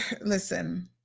listen